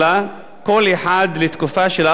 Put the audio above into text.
כל אחד לתקופה של ארבע שנים.